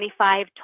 25